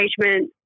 engagement